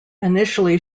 initially